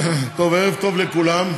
טוב, ערב טוב לכולם,